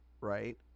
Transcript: right